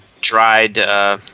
dried